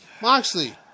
Moxley